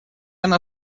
она